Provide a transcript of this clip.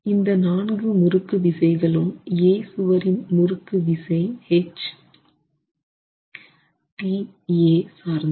இந்த நான்கு முறுக்கு விசைகளும் A சுவரின் முறுக்கு விசை Ht A சார்ந்தது